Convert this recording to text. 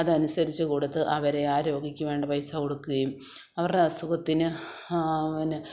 അതനുസരിച്ച് കൊടുത്ത് അവരെ ആ രോഗിക്ക് വേണ്ട പൈസ കൊടുക്കുകയും അവരുടെ അസുഖത്തിന് പിന്നെ